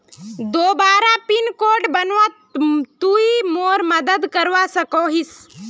दोबारा pin code बनवात तुई मोर मदद करवा सकोहिस?